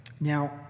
Now